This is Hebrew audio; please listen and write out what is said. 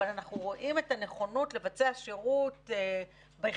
אבל אנחנו רואים את הנכונות לבצע שירות ביחידות